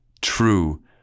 true